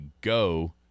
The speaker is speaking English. go